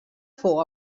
fou